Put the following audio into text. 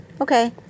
Okay